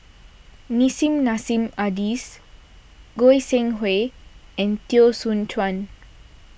Nissim Nassim Adis Goi Seng Hui and Teo Soon Chuan